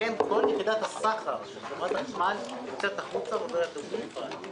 לכן כל יחידת הסחר של חברת החשמל יוצאת החוצה ועוברת לגוף נפרד.